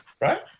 right